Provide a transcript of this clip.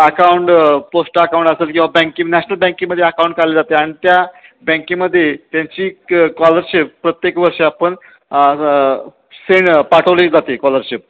account पोस्टचा account असेल किंवा बँके नॅशनल बँकेमध्ये अकाउंट काढली जाते आणि त्या बँकेमध्ये त्यांची क कॉलरशिप प्रत्येक वर्ष आपण सेण पाठवली जाते कॉलरशिप